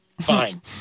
fine